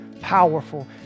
powerful